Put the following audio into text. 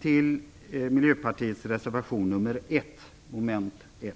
till Miljöpartiets reservation nr 1, mom. 1.